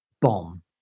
bomb